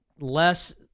less